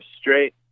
straight